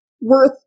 worth